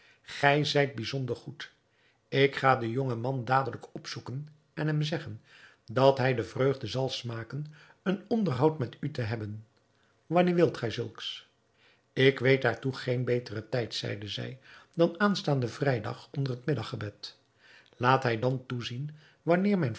gij zijt bijzonder goed ik ga den jongen man dadelijk opzoeken en hem zeggen dat hij de vreugde zal smaken een onderhoud met u te hebben wanneer wilt gij zulks ik weet daartoe geen beteren tijd zeide zij dan aanstaanden vrijdag onder het middaggebed laat hij dan toezien wanneer mijn